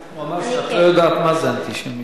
הוא אמר שאת לא יודעת מה זה אנטישמיות.